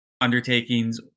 undertakings